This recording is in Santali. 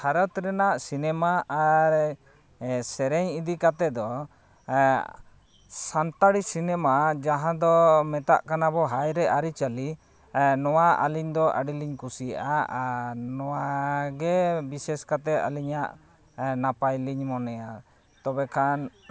ᱵᱷᱟᱨᱚᱛ ᱨᱮᱱᱟᱜ ᱥᱤᱱᱮᱢᱟ ᱟᱨ ᱥᱮᱨᱮᱧ ᱤᱫᱤ ᱠᱟᱛᱮᱫ ᱫᱚ ᱥᱟᱱᱛᱟᱲᱤ ᱥᱤᱱᱮᱢᱟ ᱡᱟᱦᱟᱸ ᱫᱚ ᱢᱮᱛᱟᱜ ᱠᱟᱱᱟᱵᱚᱱ ᱦᱟᱭᱨᱮ ᱟᱹᱨᱤᱪᱟᱹᱞᱤ ᱱᱚᱣᱟ ᱟᱹᱞᱤᱧᱫᱚ ᱟᱹᱰᱤᱞᱤᱧ ᱠᱩᱥᱤᱭᱟᱜᱼᱟ ᱟᱨ ᱱᱚᱣᱟᱜᱮ ᱟᱹᱞᱤᱧᱟᱜ ᱵᱤᱥᱮᱥ ᱠᱟᱨᱛᱮ ᱟᱹᱞᱤᱧᱟᱜ ᱱᱟᱯᱟᱭᱞᱤᱧ ᱢᱚᱱᱮᱭᱟ ᱛᱚᱵᱮᱠᱷᱟᱱ